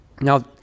Now